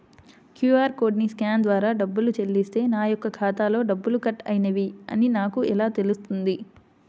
QR కోడ్ని scan ద్వారా డబ్బులు చెల్లిస్తే నా యొక్క ఖాతాలో డబ్బులు కట్ అయినవి అని నాకు ఎలా తెలుస్తుంది?